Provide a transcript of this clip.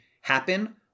happen